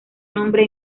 nombre